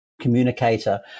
communicator